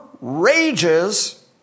rages